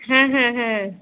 হ্যাঁ হ্যাঁ হ্যাঁ